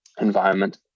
environment